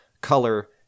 color